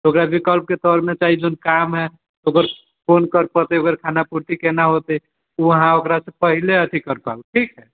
ओकरा विकल्प के तौरमे चाही कोनो काम हय ओकर फोन कर पर ओकर खानापूर्ति केना होतै वहाँ ओकरा सऽ पहिले अथी करत ठीक हाय